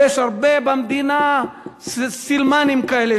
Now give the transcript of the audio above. ויש במדינה הרבה סילמנים כאלה.